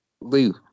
Lou